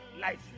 life